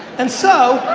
and so